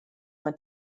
went